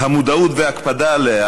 המודעות וההקפדה עליה,